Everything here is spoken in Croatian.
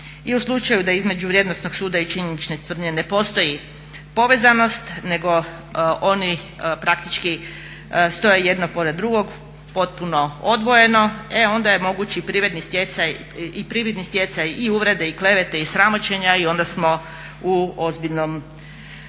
I u slučaju da između vrijednosnog suda i činjenične tvrdnje ne postoji povezanost nego oni praktički stoje jedno pored drugog potpuno odvojeno e onda je moguć i prividni stjecaj i uvrede, i klevete, i sramoćenja i onda smo u ozbiljnom